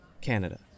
Canada